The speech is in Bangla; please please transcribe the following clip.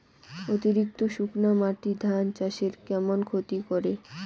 অতিরিক্ত শুকনা মাটি ধান চাষের কেমন ক্ষতি করে?